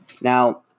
Now